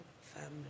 family